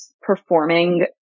performing